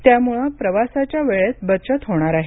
त्यामुळे प्रवासाच्या वेळेत बचत होणार आहे